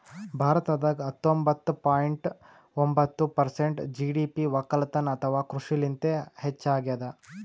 ಭಾರತದಾಗ್ ಹತ್ತೊಂಬತ್ತ ಪಾಯಿಂಟ್ ಒಂಬತ್ತ್ ಪರ್ಸೆಂಟ್ ಜಿ.ಡಿ.ಪಿ ವಕ್ಕಲತನ್ ಅಥವಾ ಕೃಷಿಲಿಂತೆ ಹೆಚ್ಚಾಗ್ಯಾದ